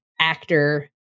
actor